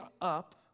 up